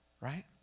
right